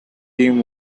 team